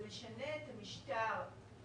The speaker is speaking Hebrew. זה משנה את המשטר כרגע,